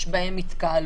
שיש בהם התקהלויות,